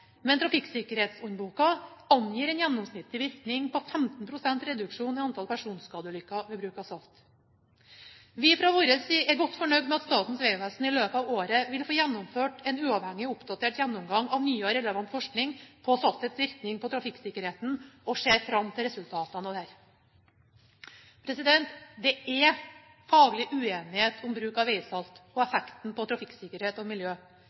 men Trafikksikkerhetshåndboken angir en gjennomsnittlig virkning på 15 pst. reduksjon i antall personskadeulykker ved bruk av salt. Vi fra vår side er godt fornøyd med at Statens vegvesen i løpet av året vil få gjennomført en uavhengig og oppdatert gjennomgang av nyere relevant forskning på saltets virkning på trafikksikkerheten, og ser fram til resultatene av dette. Det er faglig uenighet om bruk av veisalt og effekten på trafikksikkerhet og miljø.